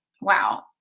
Wow